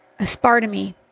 Aspartame